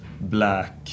black